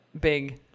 big